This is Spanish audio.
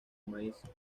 maíz